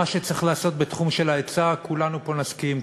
מה שצריך לעשות בתחום של ההיצע כולנו פה נסכים,